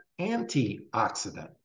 antioxidant